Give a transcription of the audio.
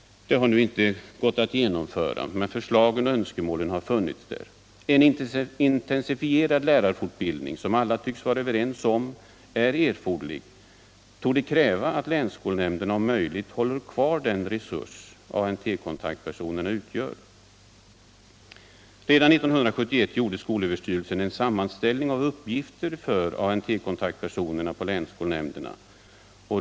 Det har inte gått att genomföra, men en intensifterad lärarfortbildning, som alla tycks vara överens om, är erforderlig och torde kräva att länsskolnämnderna om möjligt håller kvar den resurs som ANT-kontaktpersonerna utgör. Redan 1971 gjorde skolöverstyrelsen en sammanställning av uppgifter för ANT-kontaktpersonerna på länsskolnämnderna.